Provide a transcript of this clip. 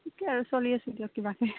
ঠিকে আৰু চলি আছোঁ আৰু দিয়ক কিবাকে